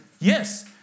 yes